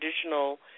traditional